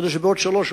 כדי שבעוד שלוש,